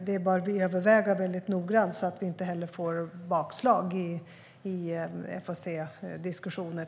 Det bör vi överväga väldigt noggrant så att vi inte får ett bakslag i till exempel FAC-diskussioner.